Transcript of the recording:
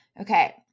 Okay